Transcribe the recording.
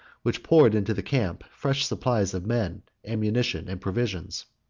which poured into the camp fresh supplies of men, ammunition, and provisions.